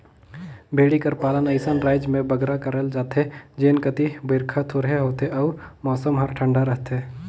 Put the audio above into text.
भेंड़ी कर पालन अइसन राएज में बगरा करल जाथे जेन कती बरिखा थोरहें होथे अउ मउसम हर ठंडा रहथे